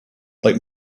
like